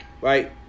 Right